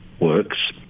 works